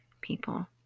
people